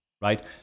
right